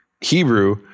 Hebrew